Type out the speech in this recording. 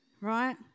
right